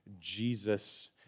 Jesus